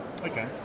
Okay